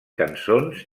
cançons